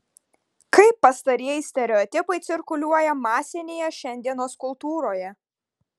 kaip pastarieji stereotipai cirkuliuoja masinėje šiandienos kultūroje